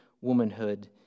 womanhood